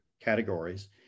categories